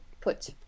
put